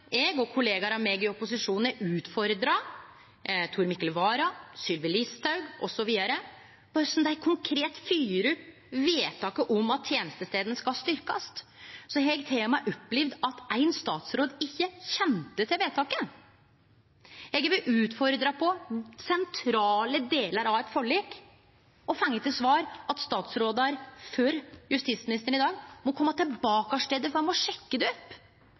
eg og mine kollegaer i opposisjonen har utfordra Tor Mikkel Wara, Sylvi Listhaug osv. på korleis dei konkret fylgjer opp vedtaket om at tenestestadene skal styrkjast, har eg til og med opplevd at éin statsråd ikkje kjende til vedtaket. Eg har utfordra på sentrale delar av eit forlik og fått til svar at ein statsråd, før justisministeren i dag, må kome tilbake til det, for han må sjekke det opp.